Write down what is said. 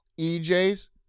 EJ's